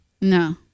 No